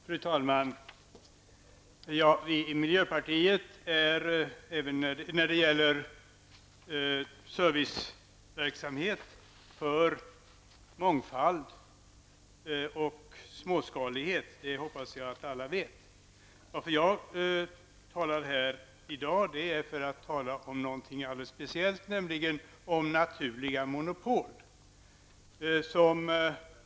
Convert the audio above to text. Fru talman! Vi i miljöpartiet är även när det gäller serviceverksamhet för mångfald och småskalighet. Det hoppas jag att alla vet. Jag skall i dag tala om något speciellt, nämligen naturliga monopol.